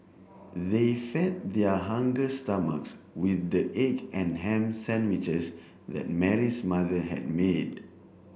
they fed their hunger stomachs with the egg and ham sandwiches that Mary's mother had made